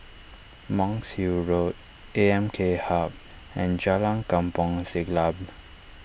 Monk's Hill Road A M K Hub and Jalan Kampong Siglap